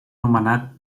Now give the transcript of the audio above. nomenat